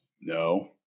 No